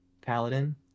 paladin